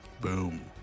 Boom